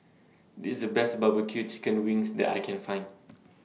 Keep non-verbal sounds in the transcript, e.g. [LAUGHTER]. This IS The Best Barbecue Chicken Wings that I Can Find [NOISE]